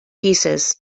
pieces